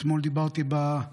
אתמול דיברתי עליו